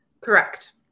Correct